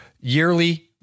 yearly